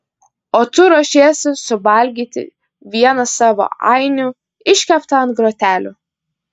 o tu ruošiesi suvalgyti vieną savo ainių iškeptą ant grotelių